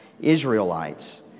Israelites